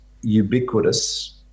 ubiquitous